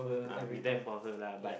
uh be there for her lah but